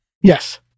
Yes